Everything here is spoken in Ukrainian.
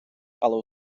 але